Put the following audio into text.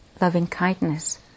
loving-kindness